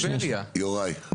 יוראי.